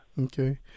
Okay